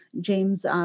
James